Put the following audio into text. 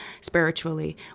spiritually